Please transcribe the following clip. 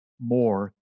more